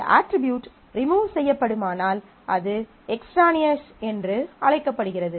ஒரு attribute remove செய்யப்படுமானால் அது எக்ஸ்ட்ரானியஸ் என்று அழைக்கப்படுகிறது